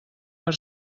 per